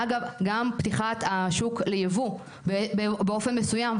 אגב, גם פתיחת השוק ליבוא באופן מסוים.